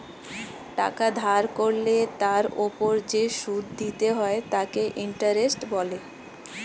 টাকা ধার করলে তার ওপর যে সুদ দিতে হয় তাকে ইন্টারেস্ট বলে